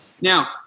Now